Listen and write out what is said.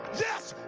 yes!